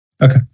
Okay